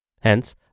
Hence